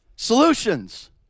solutions